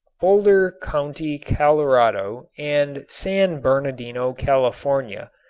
boulder county, colorado, and san bernardino, california,